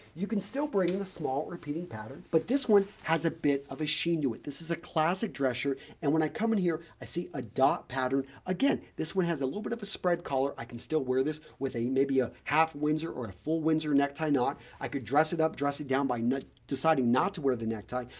you can still bring in a small repeating pattern, but this one has a bit of a sheen to it. this is a classic dress shirt and when i come in here, i see a dot pattern. again, this one has a little bit of a spread collar. i can still wear this with a maybe a half windsor or a full windsor necktie knot. i could dress it up dress it down by not deciding not to wear the necktie.